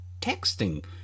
texting